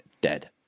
dead